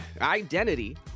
identity